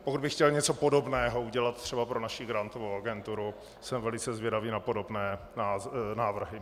Pokud by chtěl něco podobného udělat třeba pro naši grantovou agenturu, jsem velice zvědavý na podobné návrhy.